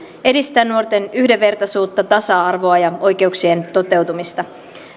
edistää nuorten yhdenvertaisuutta tasa arvoa ja oikeuksien toteutumista